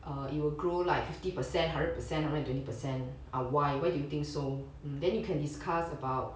err it will grow like fifty percent hundred percent hundred twenty percent ah why why do you think so then you can discuss about